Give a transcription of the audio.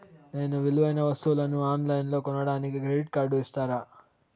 నేను విలువైన వస్తువులను ఆన్ లైన్లో కొనడానికి క్రెడిట్ కార్డు ఇస్తారా?